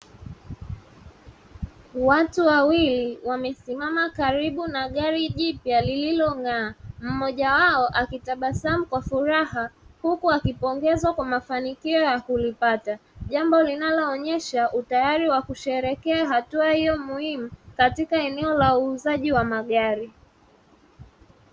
watu wawili wamesimama karibu na gari jipya lililong'aa mmoja akitabasamu kwa furaha huku akipongezwa kwa mafanikio ya kulipata jambo linaloonyesha utayari wa kusheherekea tukio hilo muhimu katika eneo uuzaji wa magari.